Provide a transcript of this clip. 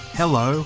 hello